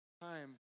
time